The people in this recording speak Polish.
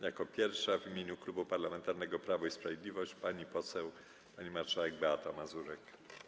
Jako pierwsza w imieniu Klubu Parlamentarnego Prawo i Sprawiedliwość pani poseł marszałek Beata Mazurek.